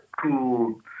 cool